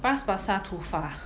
bras basah too far